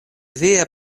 via